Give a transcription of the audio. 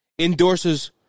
endorses